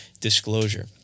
disclosure